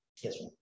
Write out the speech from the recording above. Yes